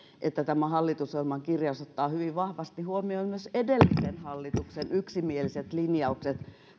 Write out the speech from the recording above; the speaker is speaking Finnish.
että tämä hallitusohjelman kirjaus ottaa hyvin vahvasti huomioon myös edellisen hallituksen yksimieliset linjaukset